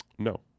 No